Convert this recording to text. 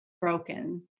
broken